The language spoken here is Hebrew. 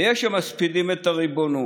ויש מי שמספידים את הריבונות.